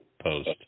post